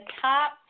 top